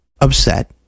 upset